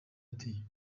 ati